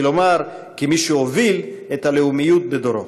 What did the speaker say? כלומר כמי שהוביל את הלאומיות בדורו.